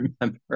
remember